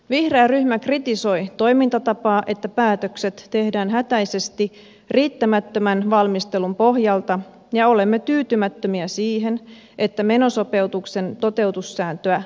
vihreä ryhmä kritisoi toimintatapaa että päätökset tehdään hätäisesti riittämättömän valmistelun pohjalta ja olemme tyytymättömiä siihen että menosopeutuksen toteutussääntöä rikottiin